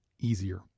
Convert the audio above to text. easier